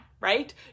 right